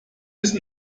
ist